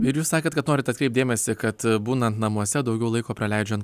ir jūs sakėt kad norit atkreipt dėmesį kad būnant namuose daugiau laiko praleidžiant